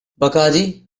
bacardi